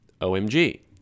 OMG